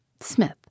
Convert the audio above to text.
Smith